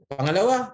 Pangalawa